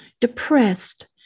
Depressed